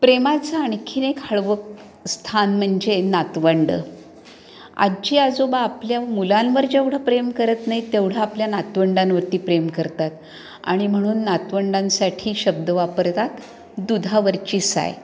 प्रेमाचं आणखी एक हळवं स्थान म्हणजे नातवंडं आजी आजोबा आपल्या मुलांवर जेवढं प्रेम करत नाहीत तेवढं आपल्या नातवंडांवरती प्रेम करतात आणि म्हणून नातवंडांसाठी शब्द वापरतात दुधावरची साय